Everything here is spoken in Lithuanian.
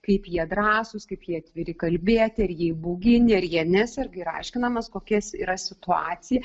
kaip jie drąsūs kaip jie atviri kalbėti ar jie įbauginę ar jie neserga yra aiškinamas kokias yra situacija